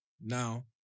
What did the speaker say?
Now